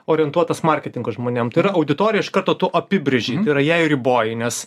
orientuotas marketingo žmonėm tai yra auditoriją iš karto tu apibrėži tai yra ją ir riboji nes